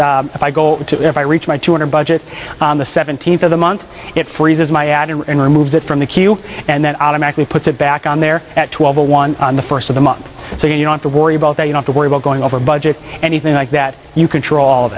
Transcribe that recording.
it if i go to if i reach my two hundred budget on the seventeenth of the month it freezes my ad and removes it from the queue and then automatically puts it back on there at twelve a one on the first of the month so you don't worry about that you have to worry about going over budget anything like that you control all of